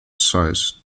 size